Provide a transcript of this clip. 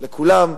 לכולם,